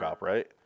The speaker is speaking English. right